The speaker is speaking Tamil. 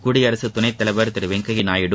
குடியரசு துணைத்தலைவர் திரு வெங்கையா நாயுடு